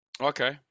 Okay